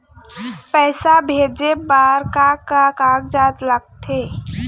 पैसा भेजे बार का का कागजात लगथे?